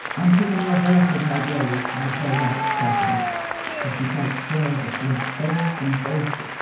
antigone averted her gaze from the playwright's coffin for she felt sure that she had failed them both.